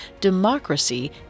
democracy